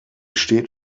steht